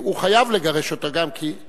הוא חייב לגרש אותה גם, ודאי.